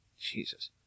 Jesus